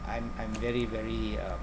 I'm I'm very very uh